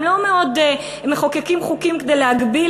הם לא מחוקקים חוקים כדי להגביל,